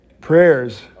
prayers